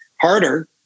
harder